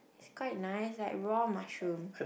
quite nice like raw mushroom